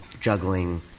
juggling